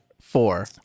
Four